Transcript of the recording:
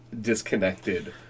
disconnected